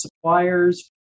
suppliers